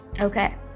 Okay